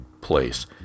place